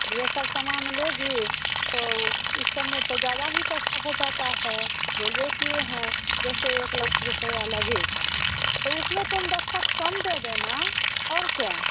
ये सब समान लेगी तो इ सब में तो ज़्यादा ही पैसा हो जाता है बोलबे किए हैं जैसे एक लाख रुपया लगेगा तो उसमें तुम दस पाँच कम दे देना और क्या